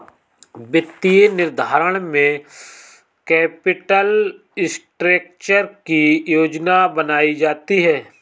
वित्तीय निर्धारण में कैपिटल स्ट्रक्चर की योजना बनायीं जाती है